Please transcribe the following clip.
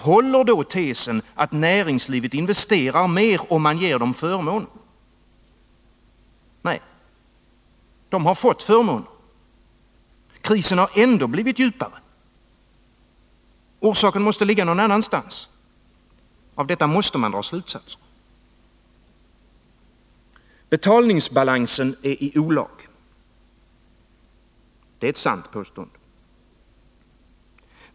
Håller då tesen att näringslivet investerar mer, om man ger det förmåner? Nej. Man har fått förmåner. Krisen har ändå blivit djupare. Orsaken måste finnas någon annanstans. Av detta måste man dra slutsatser. Betalningsbalansen är i olag. Det är ett sant påstående.